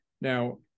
Now